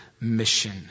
mission